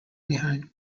behind